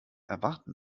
erwarten